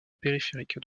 périphérique